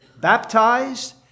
baptized